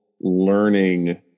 learning